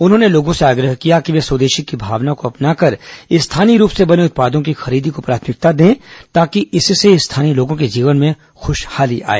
उन्होंने लोगों से आग्रह किया कि वे स्वदेशी की भावना को अपनाकर स्थानीय रूप से बने उत्पादों की खरीदी को प्राथमिकता दें ताकि इससे स्थानीय लोगों के जीवन में खूशहाली आए